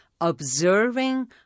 observing